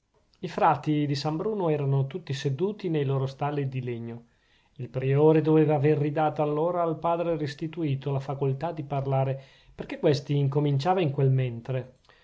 i frati di san bruno erano tutti seduti nei loro stalli di legno il priore doveva aver ridata allora allora al padre restituto la facoltà di parlare perchè questi incominciava in quel mentre